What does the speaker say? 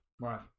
Right